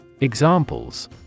Examples